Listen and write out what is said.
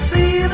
See